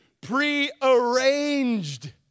prearranged